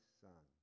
son